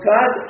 God